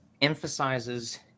emphasizes